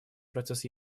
процесс